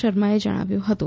શર્માએ જણાવ્યું હતું